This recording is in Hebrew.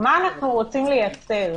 מה אנחנו רוצים לייצר?